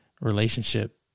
relationship